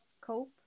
cope